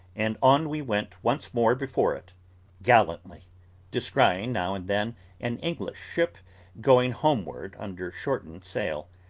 and on we went once more before it gallantly descrying now and then an english ship going homeward under shortened sail,